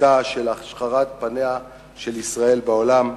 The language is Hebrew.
בשיטה של השחרת פניה של ישראל בעולם?